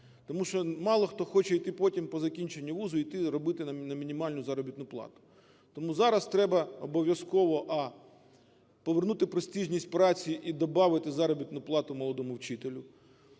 Тому що мало хто хоче йти потім, по закінченню вузу, йти робити на мінімальну заробітну плату. Тому зараз треба обов’язково: а) повернути престижність праці і добавити заробітну плату молодому вчителю;